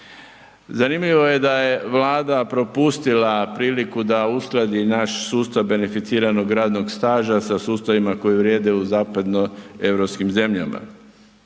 Zanimljivo je da je Vlada propustila priliku da uskladi naš sustav beneficiranog radnog staža sa sustavima koji vrijeme u zapadnoeuropskim zemljama.